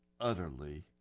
utterly